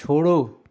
छोड़ो